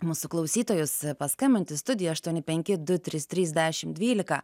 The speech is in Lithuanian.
mūsų klausytojus paskambint į studiją aštuoni penki du trys trys dešim dvylika